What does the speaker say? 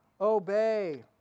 obey